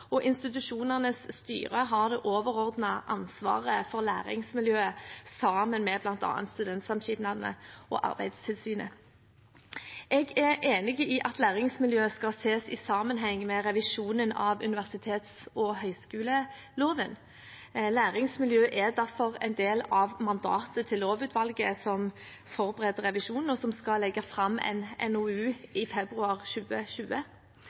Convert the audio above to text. og institusjonenes styre har det overordnede ansvaret for læringsmiljøet, sammen med bl.a. studentsamskipnadene og Arbeidstilsynet. Jeg er enig i at læringsmiljø skal ses i sammenheng med revisjonen av universitets- og høyskoleloven. Læringsmiljø er derfor en del av mandatet til lovutvalget som forbereder revisjonen, og som skal legge fram en NOU i februar 2020.